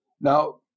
Now